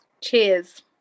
cheers